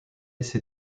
ses